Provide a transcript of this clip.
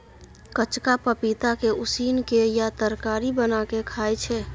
कचका पपीता के उसिन केँ या तरकारी बना केँ खाइ छै